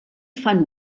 fan